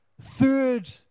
third